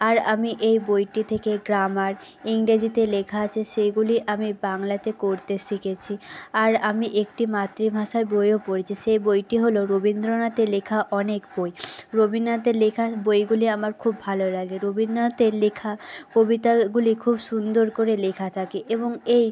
আর আমি এই বইটি থেকে গ্রামার ইংরেজিতে লেখা আছে সেইগুলি আমি বাংলাতে করতে শিখেছি আর আমি একটি মাতৃভাষায় বইও পড়েছি সে বইটি হলো রবীন্দ্রনাথের লেখা অনেক বই রবীন্দ্রনাথের লেখা বইগুলি আমার খুব ভালো লাগে রবীন্দ্রনাথের লেখা কবিতাগুলি খুব সুন্দর করে লেখা থাকে এবং এই